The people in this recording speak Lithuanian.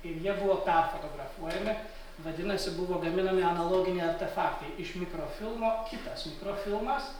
ir jie buvo perfotografuojami vadinasi buvo gaminami analoginiai artefaktai iš mikrofilmo kitas mikrofilmas